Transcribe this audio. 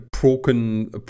broken